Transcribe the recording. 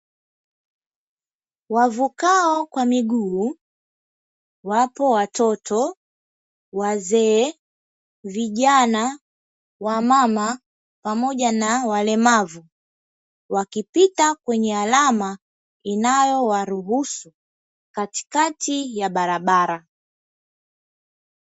Wavukao kwa miguu wapo; watoto, wazee, vijana, wamama pamoja na walemavu, wakipita kwenye alama inayowaruhusu katikati ya barabara.